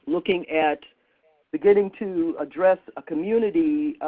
looking at beginning to address a community,